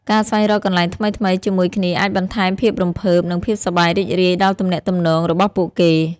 ការស្វែងរកកន្លែងថ្មីៗជាមួយគ្នាអាចបន្ថែមភាពរំភើប និងភាពសប្បាយរីករាយដល់ទំនាក់ទំនងរបស់ពួកគេ។